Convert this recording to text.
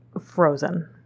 frozen